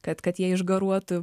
kad kad jie išgaruotų